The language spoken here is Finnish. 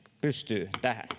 pystyy